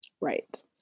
Right